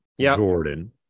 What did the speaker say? Jordan